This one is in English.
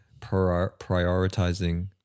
prioritizing